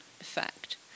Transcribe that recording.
effect